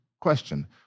question